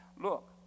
Look